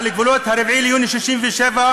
על גבולות 4 ביוני 1967,